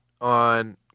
on